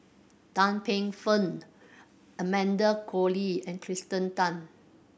Tan Paey Fern Amanda Koe Lee and Kirsten Tan